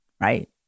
Right